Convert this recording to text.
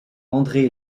andré